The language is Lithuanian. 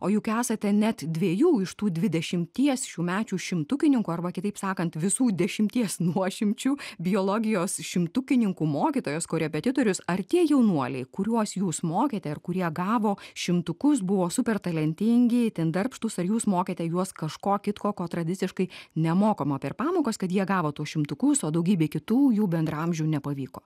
o juk esate net dviejų iš tų dvidešimties šiųmečių šimtukininkų arba kitaip sakant visų dešimties nuošimčių biologijos šimtukininkų mokytojos korepetitorius ar tie jaunuoliai kuriuos jūs mokėte ir kurie gavo šimtukus buvo super talentingi itin darbštūs ar jūs mokėte juos kažko kitko ko tradiciškai nemokoma per pamokas kad jie gavo tuos šimtukus o daugybei kitų jų bendraamžių nepavyko